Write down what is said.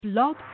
Blog